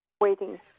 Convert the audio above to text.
Waiting